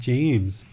James